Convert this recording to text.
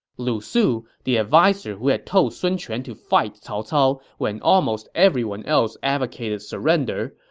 lu su, the adviser who had told sun quan to fight cao cao when almost everyone else advocated surrender,